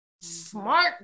smart